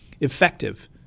effective